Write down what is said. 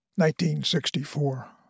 1964